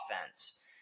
offense